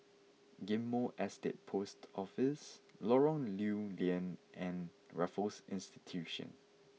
Ghim Moh Estate Post Office Lorong Lew Lian and Raffles Institution